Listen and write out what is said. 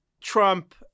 Trump